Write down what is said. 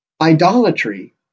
idolatry